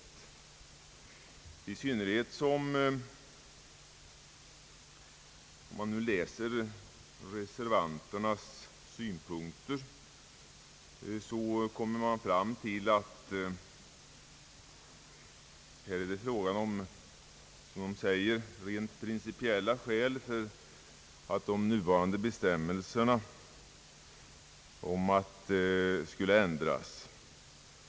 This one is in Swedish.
Om vi däremot läser reservanternas synpunkter, finner vi att de säger att »rent principiella skäl» talar för att nuvarande bestämmelser ändras.